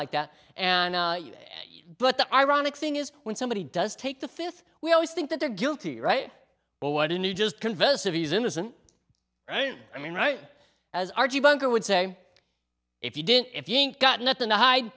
like that and but the ironic thing is when somebody does take the fifth we always think that they're guilty right well why don't you just converse of these innocent i mean right as our g bunker would say if you didn't if you ain't got nothing to hide